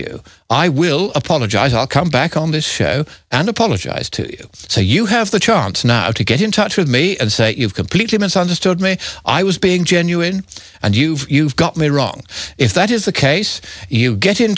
you i will apologize i'll come back on this show and apologize to you so you have the chance now to get in touch with me and say you've completely misunderstood me i was being genuine and you've you've got me wrong if that is the case you get in